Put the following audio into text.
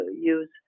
use